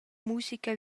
musica